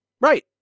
Right